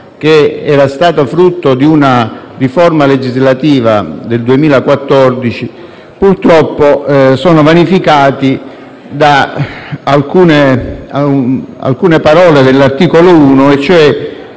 la norma frutto di una riforma legislativa del 2014 purtroppo sono vanificati da alcune parole dell'articolo 1 del